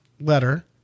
letter